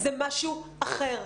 זה משהו אחר.